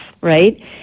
right